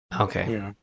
Okay